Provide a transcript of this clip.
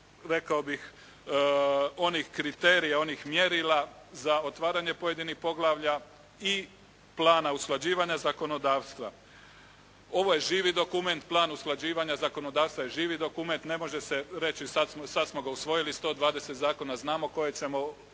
rekao bih onih kriterija, onih mjerila za otvaranje pojedinih poglavlja i plana usklađivanja zakonodavstva. Ovo je živi dokument. Plan usklađivanja zakonodavstva je živi dokument. Ne može se reći sad smo ga usvojili, 120 zakona. Znamo koje ćemo donijeti